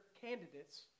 candidates